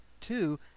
two